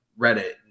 Reddit